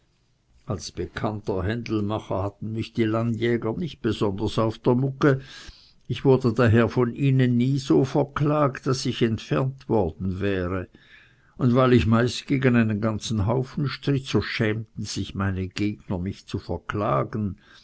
als bekannter händelmacher hatten mich die landjäger nicht besonders auf der mugge ich wurde daher von ihnen nie so verklagt daß ich entfernt worden wäre und weil ich meist gegen einen ganzen haufen stritt so schämten sich meine gegner mich zu verklagen